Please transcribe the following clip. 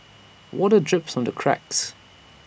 water drips from the cracks